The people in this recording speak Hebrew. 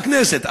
מהכנסת,